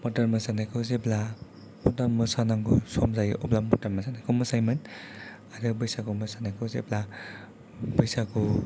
मर्डान मोसानायखौ जेब्ला अबेबा मोसानांगौ सम जायो अब्ला मर्डान मोसानायखौ मोसायोमोन आरो बैसाग मोसानायखौ जेब्ला बैसागु